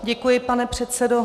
Děkuji, pane předsedo.